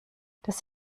das